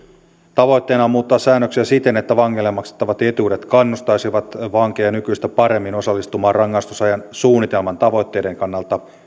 tavoitteena on muuttaa säännöksiä siten että vangeille maksettavat etuudet kannustaisivat vankeja nykyistä paremmin osallistumaan rangaistusajan suunnitelman tavoitteiden kannalta